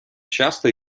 часто